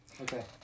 Okay